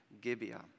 Gibeah